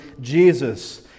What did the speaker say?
Jesus